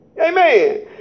Amen